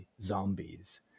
zombies